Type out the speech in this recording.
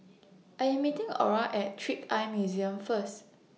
I Am meeting Orra At Trick Eye Museum First